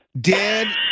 dead